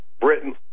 Britain